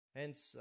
hence